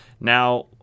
Now